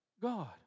God